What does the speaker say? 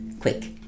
quick